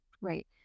right